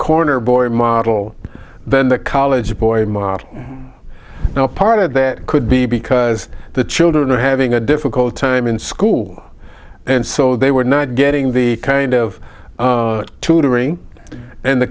corner boy model than the college boy now part of that could be because the children are having a difficult time in school and so they were not getting the kind of tutoring and the